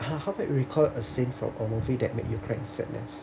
recall a scene from a movie that made you cry in sadness